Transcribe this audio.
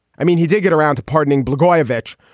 i mean, he did get around to pardoning blagojevich.